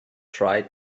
try